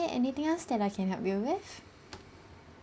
anything else that I can help you with